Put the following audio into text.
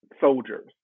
soldiers